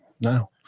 no